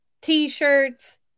t-shirts